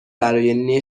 برای